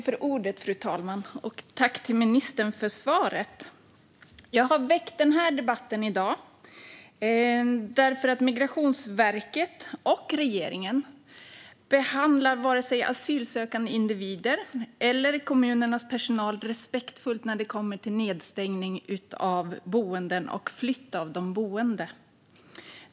Fru talman! Tack, ministern, för svaret! Jag har väckt denna debatt eftersom Migrationsverket och regeringen inte behandlar vare sig asylsökande individer eller kommunernas personal respektfullt när det kommer till nedstängning av boenden och flytt av de boende.